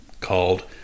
called